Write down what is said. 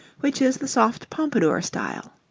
which is the soft pompadour style.